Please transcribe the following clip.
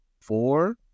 four